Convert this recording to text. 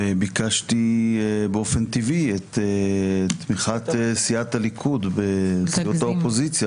ביקשתי באופן טבעי את תמיכת סיעת הליכוד שהייתה